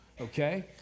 okay